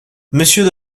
monsieur